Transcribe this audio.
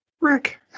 rick